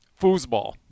Foosball